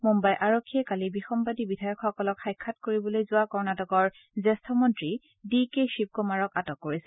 মুম্বাই আৰক্ষীয়ে কালি বিসম্বদী বিধায়কসকলক সাক্ষাৎ কৰিবলৈ যোৱা কৰ্ণটিকৰ জেঠ মন্ত্ৰী ডি কে শিৱ কুমাৰক আটক কৰিছিল